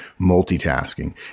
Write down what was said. multitasking